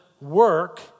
work